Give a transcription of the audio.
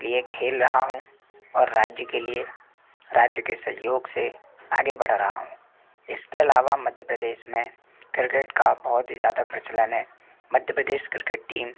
लिए खेल रहा हूँ और राज्य के लिए राज्य के सहयोग से आगे बढ़ रहा हूँ इसके अलावा मध्य प्रदेश में क्रिकेट का बहुत ही ज़्यादा प्रचलन है मध्य प्रदेश क्रिकेट टीम